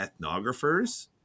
ethnographers